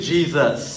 Jesus